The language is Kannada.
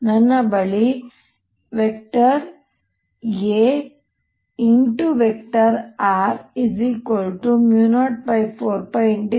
ನನ್ನ ಬಳಿ Ar04πjr|r r|dV04πjr